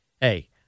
hey